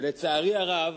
לצערי הרב,